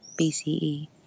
BCE